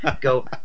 go